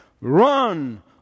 Run